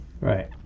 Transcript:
right